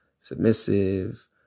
submissive